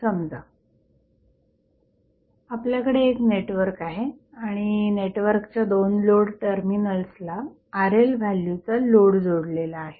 समजा आपल्याकडे एक नेटवर्क आहे आणि नेटवर्कच्या 2 लोड टर्मिनल्सला RLव्हॅल्यूचा लोड जोडलेला आहे